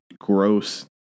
gross